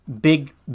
big